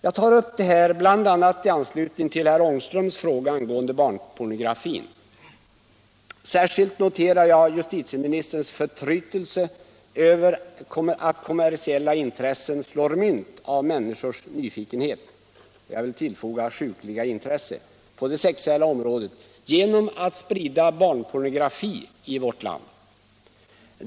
Jag tar upp detta bl.a. i anslutning till herr Ångströms fråga angående barnpornografin. Särskilt noterar jag justitieministerns förtrytelse över att kommersiella intressen slår mynt av människors nyfikenhet — jag vill tillfoga sjukliga intresse — på det sexuella området genom att sprida barnpornografi i vårt land.